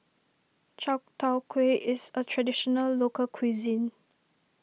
Chai Tow Kuay is a Traditional Local Cuisine